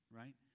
right